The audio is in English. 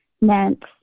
meant